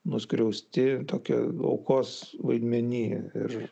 nuskriausti tokia aukos vaidmeny ir